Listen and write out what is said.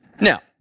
Now